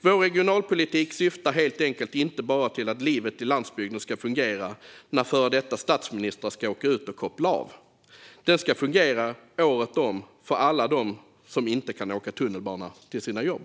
Vår regionalpolitik syftar helt enkelt inte bara till att livet på landsbygden ska fungera när före detta statsministrar ska åka ut och koppla av. Det ska fungera året om, för alla de som inte kan åka tunnelbana till sina jobb.